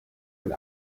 wenn